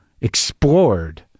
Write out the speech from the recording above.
explored